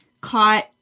caught